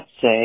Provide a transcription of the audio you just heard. say